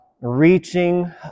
reaching